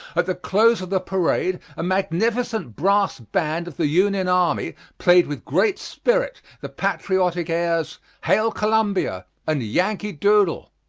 at the close of the parade a magnificent brass band of the union army played with great spirit the patriotic airs, hail columbia, and yankee doodle.